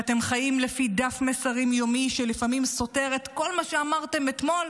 אתם חיים לפי דף מסרים יומי שלפעמים סותר את כל מה שאמרתם אתמול,